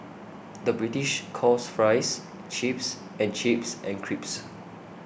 the British calls Fries Chips and chips and crisps